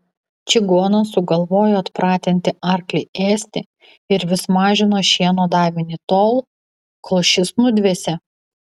čigonas sugalvojo atpratinti arklį ėsti ir vis mažino šieno davinį tol kol šis nudvėsė